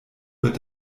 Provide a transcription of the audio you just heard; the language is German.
wird